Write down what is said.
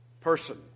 person